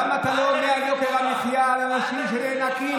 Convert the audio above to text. למה אתה לא עונה לאנשים על יוקר המחיה, שאין עתיד?